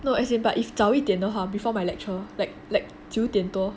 no as in but if 早一点都的话 before my lecture like like 九点多